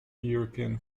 european